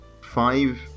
five